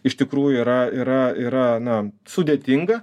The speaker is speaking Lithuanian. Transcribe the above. iš tikrųjų yra yra yra na sudėtinga